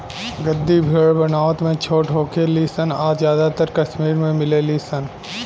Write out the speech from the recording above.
गद्दी भेड़ बनावट में छोट होखे ली सन आ ज्यादातर कश्मीर में मिलेली सन